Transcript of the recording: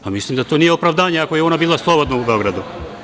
Pa, mislim da to nije opravdanje ako je ona bila slobodna u Beogradu.